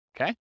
Okay